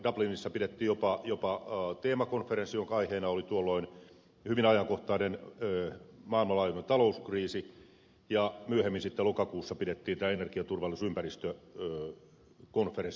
dublinissa pidettiin jopa teemakonferenssi jonka aiheena oli tuolloin hyvin ajankohtainen maailmanlaajuinen talouskriisi ja myöhemmin lokakuussa pidettiin sitten tämä energia turvallisuus ja ympäristökonferenssi